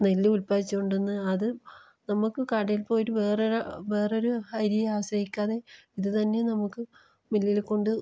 നെല്ല് ഉത്പാദിപ്പിച്ച് കൊണ്ട് വന്ന് അത് നമുക്ക് കടയിൽ പോയിട്ട് വേറൊരു വേറൊരു അരിയെ ആശ്രയിക്കാതെ ഇത് തന്നെ നമുക്ക് മില്ലിൽ കൊണ്ട്